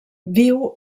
viu